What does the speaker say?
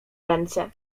ręce